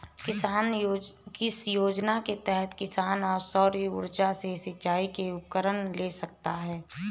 किस योजना के तहत किसान सौर ऊर्जा से सिंचाई के उपकरण ले सकता है?